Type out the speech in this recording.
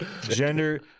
gender